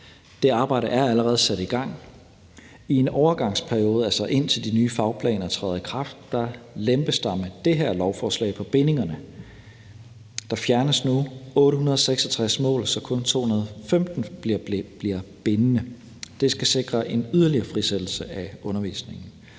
Det arbejde er allerede sat i gang. I en overgangsperiode, altså indtil de nye fagplaner træder i kraft, lempes der med det her lovforslag på bindingerne. Der fjernes nu 866 mål, så kun 215 bliver bindende. Det skal sikre en yderligere frisættelse af undervisningen.